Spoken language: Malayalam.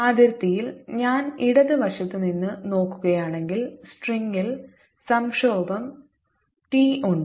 അതിർത്തിയിൽ ഞാൻ ഇടത് വശത്ത് നിന്ന് നോക്കുകയാണെങ്കിൽ സ്ട്രിംഗിൽ സംക്ഷോഭം T ഉണ്ട്